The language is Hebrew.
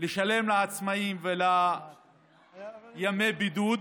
לשלם לעצמאים ימי בידוד,